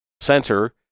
sensor